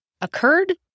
occurred